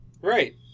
Right